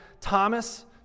Thomas